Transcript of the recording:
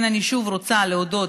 לכן, אני שוב רוצה להודות